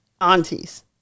aunties